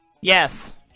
Yes